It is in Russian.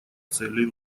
целей